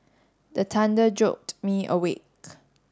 the thunder jolt me awake